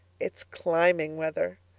it's climbing weather.